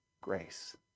grace